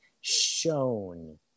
shown